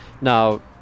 Now